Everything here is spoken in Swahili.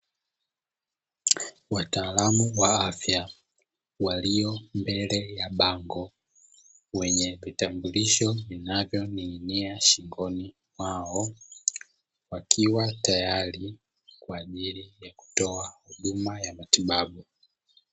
Wataalamu wa afya walio mbele ya bango wenye vitambulisho vinavyoning'inia shingoni mwao wakiwa tayari kwajili ya kutoa huduma ya matibabu.